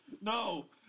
No